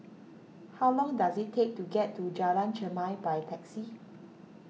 how long does it take to get to Jalan Chermai by taxi